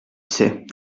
sais